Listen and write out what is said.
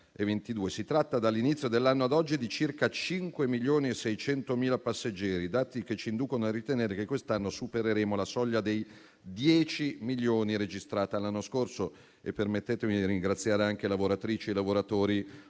Si tratta, dall'inizio dell'anno ad oggi, di circa 5,6 milioni di passeggeri, dati che ci inducono a ritenere che quest'anno supereremo la soglia dei 10 milioni registrata l'anno scorso. Permettetemi di ringraziare anche le lavoratrici e i lavoratori